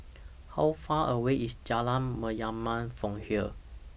How Far away IS Jalan Mayaanam from here